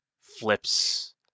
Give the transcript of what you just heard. flips